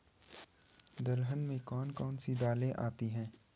दलहन में कौन कौन सी दालें आती हैं?